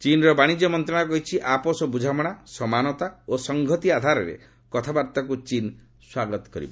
ଚୀନ୍ର ବାଣିଜ୍ୟ ମନ୍ତରାଳୟ କହିଛି ଆପୋଷ ବୃଝାମଣା ସମାନତା ଓ ସଂହତି ଆଧାରରେ କଥାବାର୍ତ୍ତାକୁ ଚୀନ୍ ସ୍ୱାଗତ ଜଣାଇବ